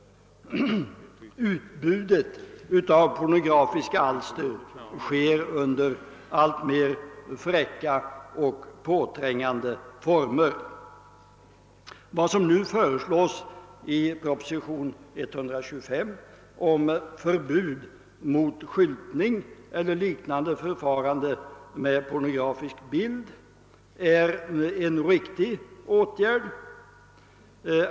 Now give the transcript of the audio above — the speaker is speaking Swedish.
Utbudet av pornografiska alster sker under alltmer fräcka och påträngande former. Vad som nu föreslås i propositionen 125 om förbud mot skyltning eller liknande förfarande med pornografisk bild är en riktig åtgärd.